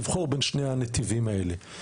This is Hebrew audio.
לבחור בין שני הנתיבים האלה.